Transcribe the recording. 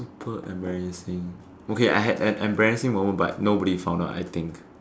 super embarrassing okay I had an embarrassing moment but nobody found out I think